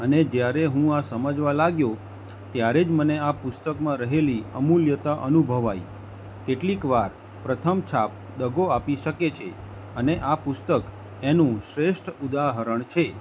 અને જ્યારે હું આ સમજવા લાગ્યો ત્યારે જ મને આ પુસ્તકમાં રહેલી અમૂલ્યતા અનુભવાઈ કેટલીક વાર પ્રથમ છાપ દગો આપી શકે છે અને આ પુસ્તક એનું શ્રેષ્ઠ ઉદાહરણ છે